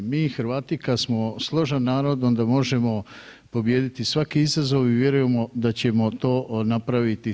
Mi Hrvati kad smo složan narod onda možemo pobijediti svaki izazov i vjerujemo da ćemo to napraviti sad.